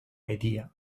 idea